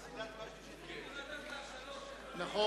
נכון.